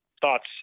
thoughts